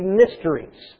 mysteries